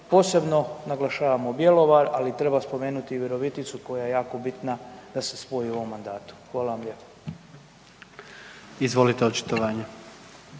posebno naglašavamo Bjelovar, ali i treba spomenuti i Viroviticu koja je jako bitna da se spoji u ovom mandatu. Hvala vam lijepo. **Jandroković,